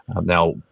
Now